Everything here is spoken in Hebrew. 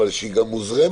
אבל היא גם מוזרמת.